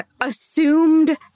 assumed